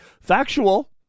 factual